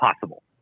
possible